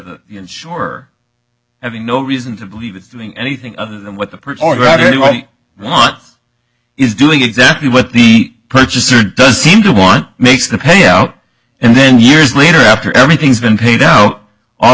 the insurer having no reason to believe it's doing anything other than what the person already wrote what is doing exactly what the purchaser does seem to want makes the payout and then years later after everything's been paid out all